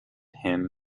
him